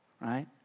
right